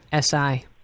SI